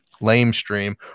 lamestream